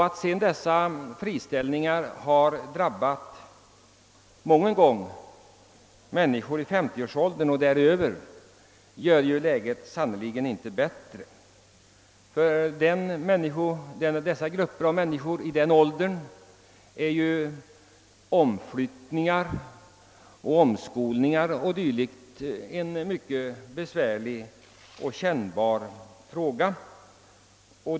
Att dessa friställningar i stor utsträckning drabbat människor i 50-årsåldern och däröver gör sannerligen läget inte bättre. För människor i denna ålder är omflyttningar och omskolningar mycket besvärliga och kännbara.